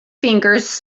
fingers